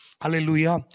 Hallelujah